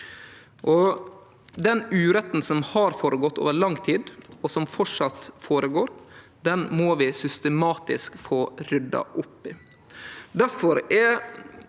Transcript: Den uretten som har føregått over lang tid, og som framleis skjer, må vi systematisk få rydda opp i. Difor er